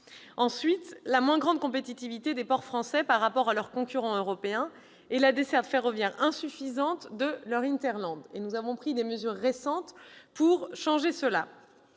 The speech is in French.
: la moins grande compétitivité des ports français par rapport à leurs concurrents européens et la desserte ferroviaire insuffisante de leur nous avons pris des mesures récentes pour changer cela.